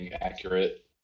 accurate